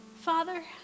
Father